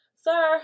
Sir